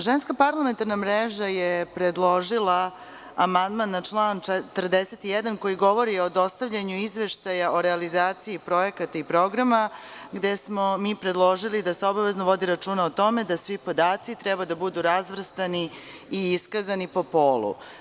Ženska parlamentarna mreža je predložila amandman na član 41. koji govori o dostavljanju izveštaja o realizaciji projekata i programa, gde smo predložili da se obavezno vodi računa o tome da svi podaci treba da budu razvrstani i iskazni po polu.